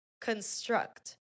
construct